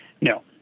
No